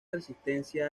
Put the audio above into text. resistencia